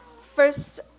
First